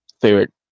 favorite